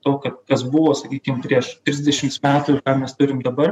to kad kas buvo sakykim prieš trisdešims metų mes turim dabar